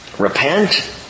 Repent